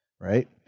right